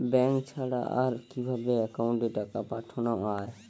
Bank ছাড়া আর কিভাবে একাউন্টে টাকা পাঠানো য়ায়?